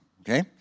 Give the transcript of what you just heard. Okay